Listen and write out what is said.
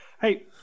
Hey